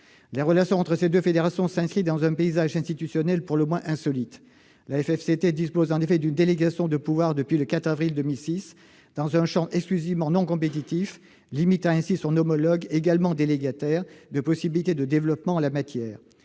Les relations entre ces deux fédérations s'inscrivent dans un paysage institutionnel pour le moins insolite. La FFVélo, ex-FFCT, dispose en effet d'une délégation de pouvoir depuis le 4 avril 2006 dans un champ exclusivement non compétitif, limitant ainsi les possibilités de développement en la matière